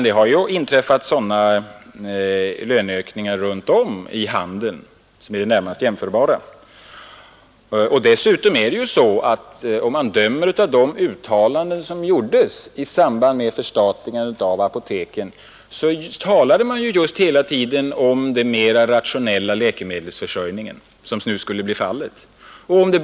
Det har inträffat sådana löneökningar runt om i handeln, som är den närmast jämförbara branschen. I samband med förstatligandet av apoteken talade man dock om den mera rationella läkemedelsförsörjning man därigenom skulle kunna åstadkomma.